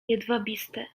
jedwabiste